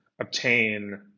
obtain